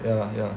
ya ya